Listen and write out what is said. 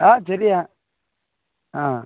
ஆ சரிய்யா ஆ